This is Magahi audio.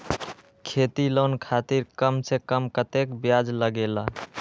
खेती लोन खातीर कम से कम कतेक ब्याज लगेला?